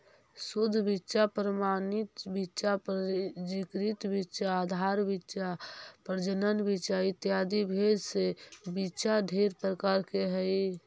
शुद्ध बीच्चा प्रमाणित बीच्चा पंजीकृत बीच्चा आधार बीच्चा प्रजनन बीच्चा इत्यादि भेद से बीच्चा ढेर प्रकार के हई